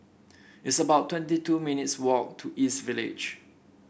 it's about twenty two minutes' walk to East Village